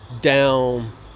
down